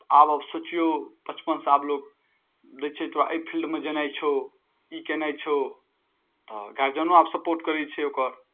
आब सोचियौ बचपनसँ आब लोक दै छै तोरा एहि फिल्डमे जेनाइ छौ ई केनाइ छौ तऽ गार्जियनो आब सपोर्ट करै छै ओकर